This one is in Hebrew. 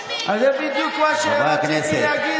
אני,